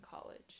college